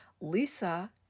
Lisa